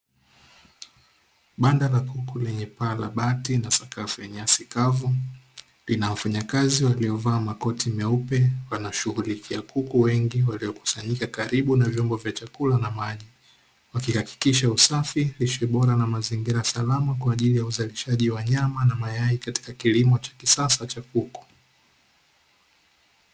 Banda la kuku, lenye paa la bati na sakafu ya nyasi kavu linawafanyakazi waliovaa makoti meupe, wanashughulikia kuku wengi waliokusanyika karibu na vyombo vya chakula na maji, wakihakikisha usafi, lishe bora na mazingira salama kwa ajili ya uzalishaji wa nyama na mayai katika kilimo cha kisasa cha kuku.